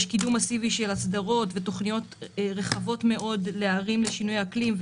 ויש קידום מסיבי של הסדרות ותוכניות רחבות מאוד לערים לשינויי אקלים,